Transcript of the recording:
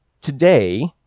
today